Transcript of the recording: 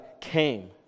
came